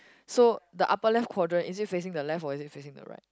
so the upper left quadrant is it facing the left or is it facing the right